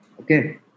Okay